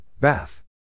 Bath